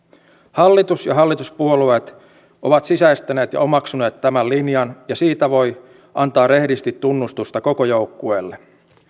hallitus ja hallituspuolueet ovat sisäistäneet ja omaksuneet tämän linjan ja siitä voi antaa rehdisti tunnustusta koko joukkueelle